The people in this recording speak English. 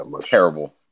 terrible